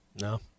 No